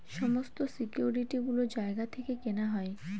সমস্ত সিকিউরিটি গুলো জায়গা থেকে কেনা হয়